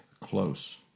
close